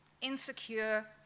insecure